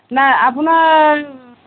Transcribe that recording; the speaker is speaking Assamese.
নাই আপোনাৰ